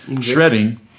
shredding